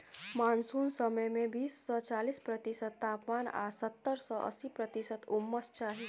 monsoon समय मे बीस सँ चालीस प्रतिशत तापमान आ सत्तर सँ अस्सी प्रतिशत उम्मस चाही